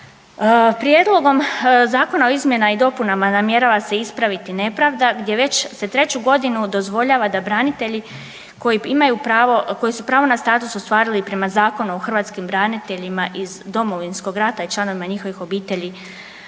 Prijedlogom zakona o izmjena i dopunama namjerava se ispraviti nepravda gdje već se 3. godinu dozvoljava da branitelji koji su pravo na status ostvarili prema Zakonu o hrvatskim braniteljima iz Domovinskog rata i članovima njihovih obitelji,